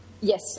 yes